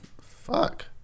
Fuck